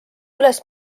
üles